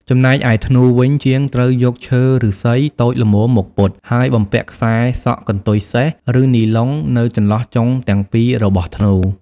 ចំណែកឯ ធ្នូ វិញ ជាងត្រូវយកឈើឫស្សីតូចល្មមមកពត់ ហើយបំពាក់ខ្សែសក់កន្ទុយសេះ ឬនីឡុងនៅចន្លោះចុងទាំងពីររបស់ធ្នូ។